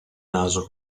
naso